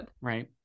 right